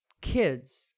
kids